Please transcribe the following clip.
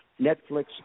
Netflix